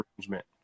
arrangement